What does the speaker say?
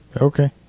Okay